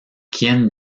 quien